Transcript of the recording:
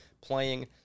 playing